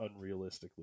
unrealistically